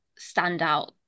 standout